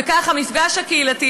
וכך המפגש הקהילתי,